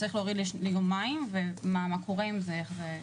צריך להוריד ליומיים ומה קורה עם זה.